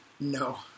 No